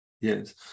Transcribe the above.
yes